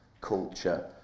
culture